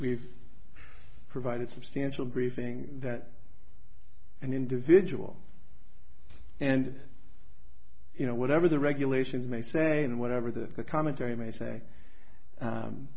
we've provided substantial briefings that an individual and you know whatever the regulations may say and whatever the commentary may say